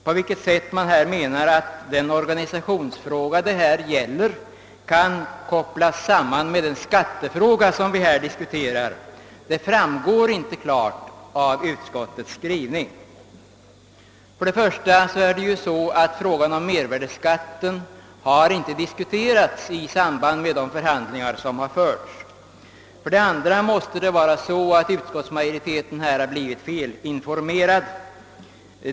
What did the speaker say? På vilket sätt man menar att den organisationsfråga det gäller kan kopplas samman med den skattefråga vi här diskuterar, framgår inte klart av utskottets skrivning. För det första har frågan om mervärdeskatten icke diskuterats i samband med de förhandlingar som förts. För det andra måste utskottsmajoriteten här ha blivit felinformerad.